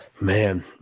Man